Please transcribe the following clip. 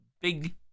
Big